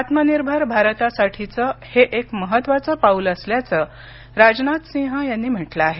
आत्मनिर्भर भारतासाठीचं हे एक महत्त्वाचं पाऊल असल्याचं राजनाथ सिंह यांनी म्हटलं आहे